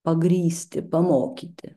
pagrįsti pamokyti